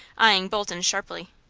eying bolton sharply.